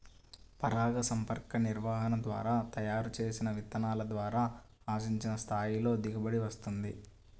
పరాగసంపర్క నిర్వహణ ద్వారా తయారు చేసిన విత్తనాల ద్వారా ఆశించిన స్థాయిలో దిగుబడి వస్తుంది